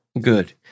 good